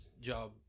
job